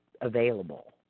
available